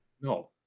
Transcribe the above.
No